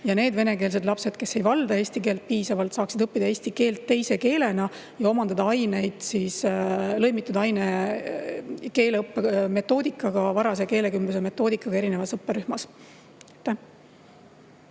ja need venekeelsed lapsed, kes ei valda eesti keelt piisavalt, saaksid õppida eesti keelt teise keelena ja omandada aineid lõimitud aine- ja keeleõppe metoodikaga, varase keelekümbluse metoodikaga teises õpperühmas.